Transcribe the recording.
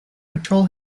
patrol